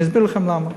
אני אסביר לכם למה: